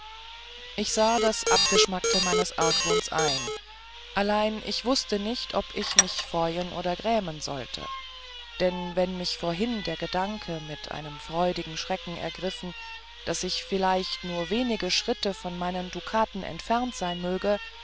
ich sah das abgeschmackte meines argwohns ein allein ich wußte nicht ob ich mich freuen oder grämen sollte denn wenn mich vorhin der gedanke mit einem freudigen schrecken ergriff daß ich vielleicht nur wenig schritte von meinen dukaten entfernt sein möge